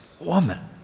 woman